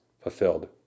fulfilled